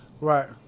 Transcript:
right